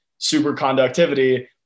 superconductivity